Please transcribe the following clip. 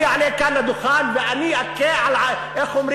אני אעלה כאן לדוכן ואני אכה על חטא.